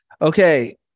Okay